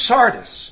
Sardis